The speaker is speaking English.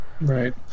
Right